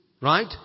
Right